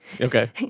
Okay